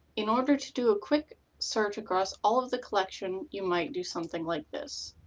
in order to do a quick search across all of the collection, you might do something like this.